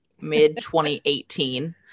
mid-2018